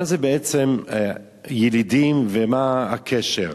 מה זה בעצם ילידים ומה הקשר?